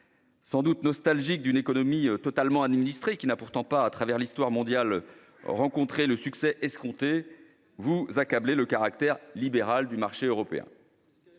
Sans doute nostalgiques d'une économie totalement administrée, qui n'a pourtant pas, à travers l'histoire mondiale, rencontré le succès escompté, vous accablez le caractère libéral du marché européen.